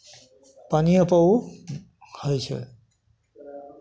पानिएपर ओ होइ छै